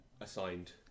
assigned